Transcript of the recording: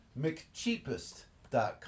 mccheapest.com